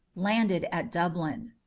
landed at dublin.